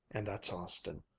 and that's austin.